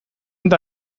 eta